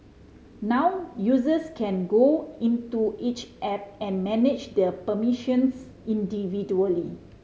now users can go into each app and manage the permissions individually